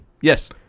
yes